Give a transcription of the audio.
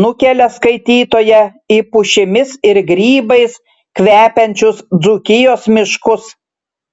nukelia skaitytoją į pušimis ir grybais kvepiančius dzūkijos miškus